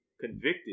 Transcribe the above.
convicted